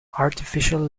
artificial